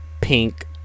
pink